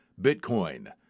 Bitcoin